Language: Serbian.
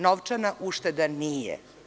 Novčana ušteda nije.